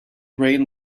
reign